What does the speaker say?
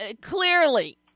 Clearly